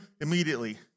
immediately